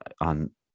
on